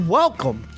welcome